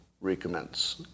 recommence